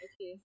okay